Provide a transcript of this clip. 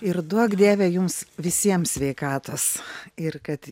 ir duok dieve jums visiems sveikatos ir kad